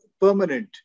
permanent